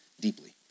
deeply